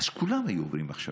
אז כולם היו עוברים הכשרות,